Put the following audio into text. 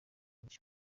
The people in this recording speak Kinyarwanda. gutyo